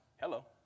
Hello